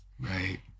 Right